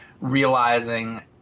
realizing